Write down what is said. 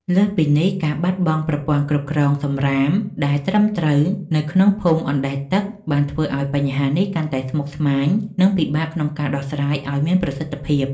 លើសពីនេះ ការបាត់បង់ប្រព័ន្ធគ្រប់គ្រងសម្រាមដែលត្រឹមត្រូវនៅក្នុងភូមិអណ្តែតទឹក បានធ្វើឱ្យបញ្ហានេះកាន់តែស្មុគស្មាញ និងពិបាកក្នុងការដោះស្រាយឱ្យមានប្រសិទ្ធភាព។